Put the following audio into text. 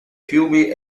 fiumi